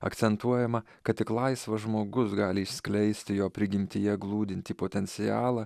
akcentuojama kad tik laisvas žmogus gali išskleisti jo prigimtyje glūdintį potencialą